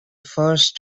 first